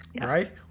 Right